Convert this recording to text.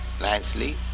nicely